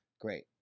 great